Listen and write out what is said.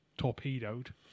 torpedoed